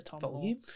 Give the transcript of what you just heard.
volume